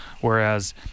Whereas